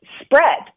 spread